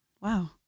Wow